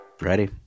Ready